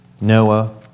Noah